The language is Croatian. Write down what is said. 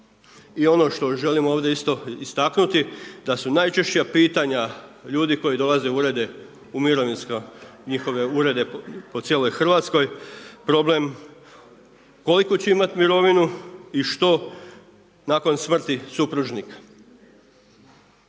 I ono što želim ovdje isto istaknuti da su najčešća pitanja ljudi koji dolaze u urede u mirovinska, njihove urede po cijeloj Hrvatskoj problem koliku će imati mirovinu i što nakon smrti supružnika.